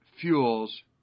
fuels